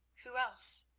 who else?